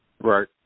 Right